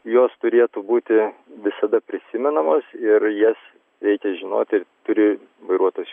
jos turėtų būti visada prisimenamos ir jas reikia žinoti turi vairuotojas